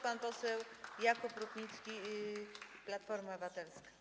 Pan poseł Jakub Rutnicki, Platforma Obywatelska.